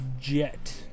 Jet